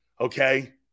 Okay